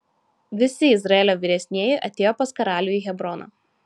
visi izraelio vyresnieji atėjo pas karalių į hebroną